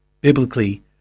biblically